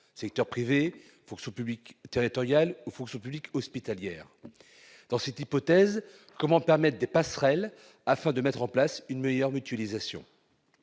secteur privé, fonction publique territoriale ou fonction publique hospitalière. Dans cette hypothèse, comment favoriser les passerelles afin de mettre en place une meilleure mutualisation ?